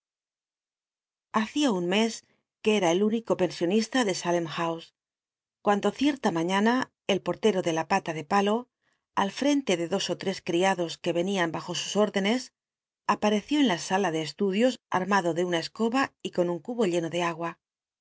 hacia un mes que eta el ún ico pensionista de salem llouse cnanclo cietla maiiana el portero de la pala de palo al fcnle de dos ó l tes cl'iados qlle yenian haj o sus órdenes apareció en la sula tic estud ios armado de una escoba y con tllt cubo lleno tle agua